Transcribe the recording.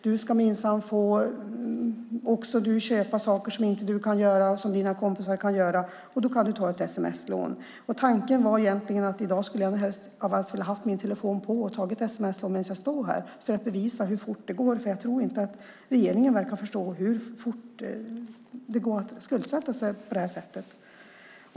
Du ska också få köpa saker som du inte har råd med men som dina kompisar har, och då kan du ta ett sms-lån. Egentligen skulle jag nog helst av allt ha velat ha min telefon på och tagit ett sms-lån medan jag står här för att bevisa hur fort det går. Jag tror inte att regeringen riktigt förstår hur fort det går att skuldsätta sig på det här sättet.